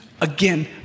again